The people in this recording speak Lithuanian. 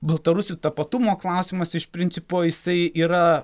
baltarusių tapatumo klausimas iš principo jisai yra